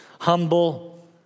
humble